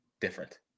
different